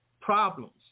problems